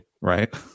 right